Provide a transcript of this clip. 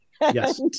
Yes